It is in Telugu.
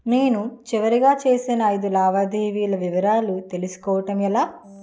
నేను చివరిగా చేసిన ఐదు లావాదేవీల వివరాలు తెలుసుకోవటం ఎలా?